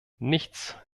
nichts